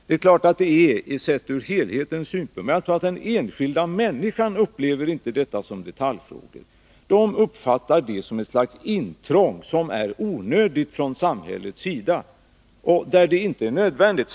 Det är klart att det är, sett ur helhetens synpunkt, men den enskilda människan upplever dem inte som detaljfrågor, utan som ett slags intrång från samhällets sida där det inte är nödvändigt.